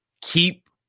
keep